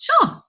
sure